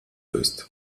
ist